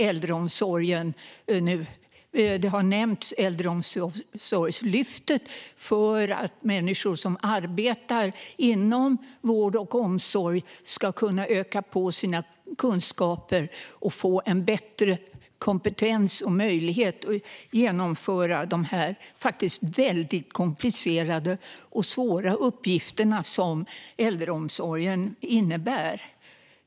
Äldreomsorgslyftet har nämnts, och det handlar om att människor som arbetar inom vård och omsorg ska kunna öka sina kunskaper och få bättre kompetens och möjlighet att genomföra de faktiskt väldigt komplicerade och svåra uppgifter som äldreomsorgen innebär.